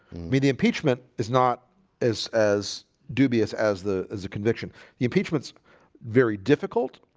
the the impeachment is not as as dubious as the as a conviction the impeachments very difficult,